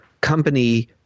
company